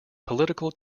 political